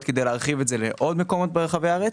כדי להרחיב את זה לעוד מקומות ברחבי הארץ.